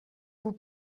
vous